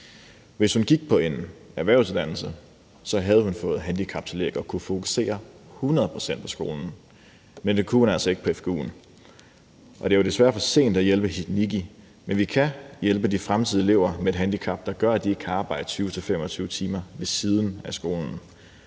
Hvis hun havde gået på en erhvervsuddannelse, havde hun fået handicaptillæg og havde kunnet fokusere hundrede procent på skolen, men det kunne hun altså ikke få på fgu'en. Det er jo desværre for sent at hjælpe Nickie Maria, men vi kan hjælpe de fremtidige elever, der har et handicap, der gør, at de ikke kan arbejde 20-25 timer ved siden af skolen.